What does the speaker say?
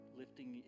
lifting